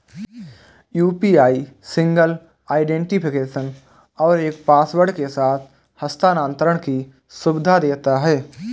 UPI single identification और एक password के साथ हस्थानांतरण की सुविधा देता है